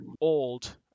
old